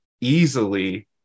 easily